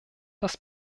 das